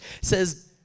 says